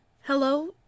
Hello